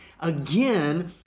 Again